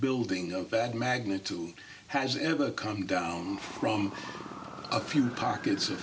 building of that magnitude has ever come down from a few pockets